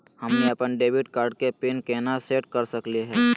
हमनी अपन debit card के पीन केना सेट कर सकली हे?